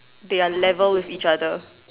they are level with each other